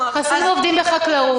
חסרים עובדים בחקלאות.